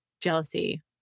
jealousy